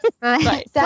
Right